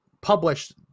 published